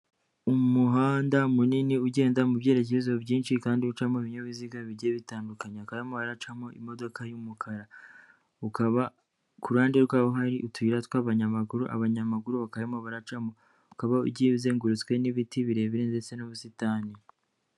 Umuhanda munini ugenda mu byerekezo byinshi kandi ucamo ibinyabiziga bijye bitandukanya hakaba harimo haracamo imodoka y'umukara ukaba kuruhande rwawo hari utuyira tw'abanyamaguru abanyamaguru bakaba barimo baracamo ukaba ugiye uzengurutswe n'ibiti birebire ndetse n'ubusitani.